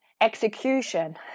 execution